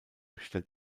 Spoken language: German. stellt